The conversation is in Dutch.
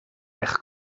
weg